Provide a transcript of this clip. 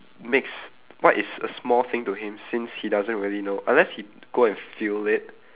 makes what is a small thing to him since he doesn't really know unless he go and feel it